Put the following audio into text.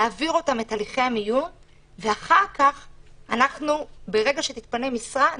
נעביר אותם את הליכי המיון וברגע שתתפנה משרה,